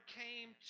came